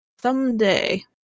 someday